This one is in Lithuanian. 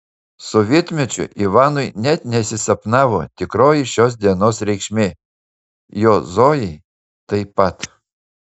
sovietmečiu ivanui net nesisapnavo tikroji šios dienos reikšmė jo zojai taip pat